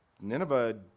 Nineveh